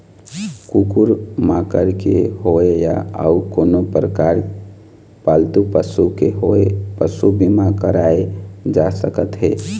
कुकुर माकर के होवय या अउ कोनो परकार पालतू पशु के होवय पसू बीमा कराए जा सकत हे